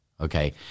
okay